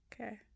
okay